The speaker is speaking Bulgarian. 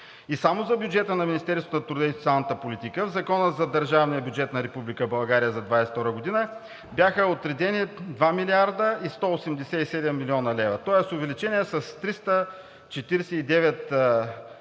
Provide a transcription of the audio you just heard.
и само за бюджета на Министерството на труда и социалната политика в Закона за държавния бюджет на Република България за 2022 г. бяха отредени 2 млрд. 187 млн. лв. Тоест, увеличение с 349 млн.